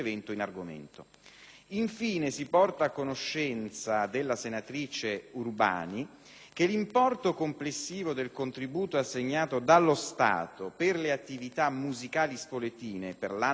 Infine, si porta a conoscenza della senatrice Spadoni Urbani che l'importo complessivo del contributo assegnato dallo Stato per le attività musicali spoletine per l'anno 2007